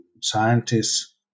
scientists